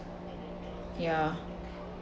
ya